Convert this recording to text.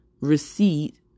receipt